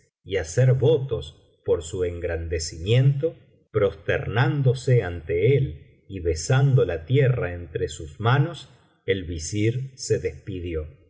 y hacer votos por su engrandecimiento prosternándose ante él y besando la tierra entre sus manos el visir se despidió